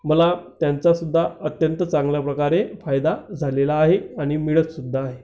मला त्यांचासुद्धा अत्यंत चांगल्या प्रकारे फायदा झालेला आहे आणि मिळतसुद्धा आहे